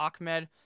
Ahmed